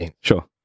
Sure